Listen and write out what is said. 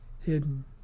hidden